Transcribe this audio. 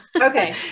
Okay